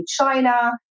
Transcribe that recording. China